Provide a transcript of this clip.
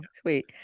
sweet